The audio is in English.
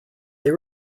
they